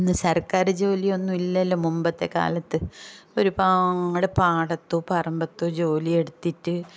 ഇന്ന് സർക്കാർ ജോലിയൊന്നുമില്ലല്ലോ മുമ്പത്തെ കാലത്ത് ഒരുപാട് പാടത്ത് പറമ്പത്ത് ജോലിയെടുത്തിട്ട്